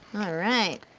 alright.